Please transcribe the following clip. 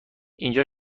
اینجا